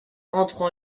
entrent